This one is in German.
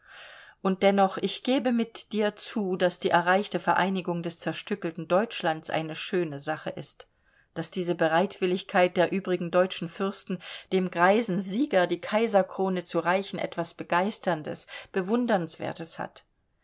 und dennoch ich gebe mit dir zu daß die erreichte vereinigung des zerstückelten deutschlands eine schöne sache ist daß diese bereitwilligkeit der übrigen deutschen fürsten dem greisen sieger die kaiserkrone zu reichen etwas begeisterndes bewundernswertes hat